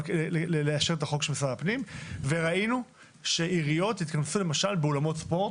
לאשר את החוק של משרד הפנים וראינו שעיריות התכנסו למשל באולמות ספורט,